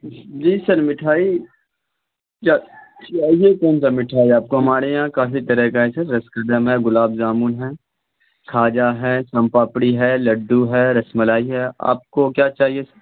جی sir مٹھائی چاہیے کون سا مٹھائی آپ کو ہمارے یہاں کافی طرح کا ہے سر ہے گلاب جامن ہے کھاجا ہے سون پاپڑی ہے لڈو ہے رس ملائی ہے آپ کو کیا چاہیے سر